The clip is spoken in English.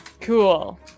Cool